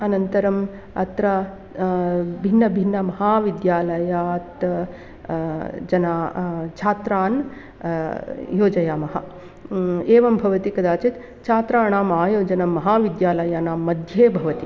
अनन्तरम् अत्र भिन्नभिन्न महाविद्यालयात् जनाः छात्रान् योजयामः एवं भवति कदाचित् छात्राणाम् आयोजनं महाविद्यालयानाम्म्ध्ये भवति